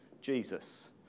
Jesus